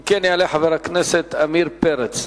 אם כן, חבר הכנסת עמיר פרץ.